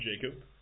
Jacob